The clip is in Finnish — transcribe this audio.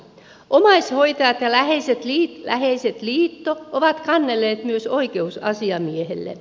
omaishoitajat ja läheiset liitto on kannellut myös oikeusasiamiehelle